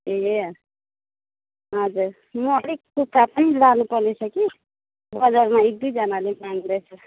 ए अँ हजुर म अलिक कुखुरा पनि लानु पर्नेछ कि बजारमा एक दुईजनाले माग्दैछ